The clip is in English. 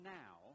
now